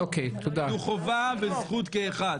זו חובה וזכות כאחד.